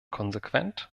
konsequent